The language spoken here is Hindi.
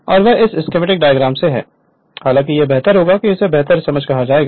और वह इस स्कीमेटिक डायग्राम से है हालांकि यह बेहतर होगा कि क्यों इसे बेहतर समझ कहा जाएगा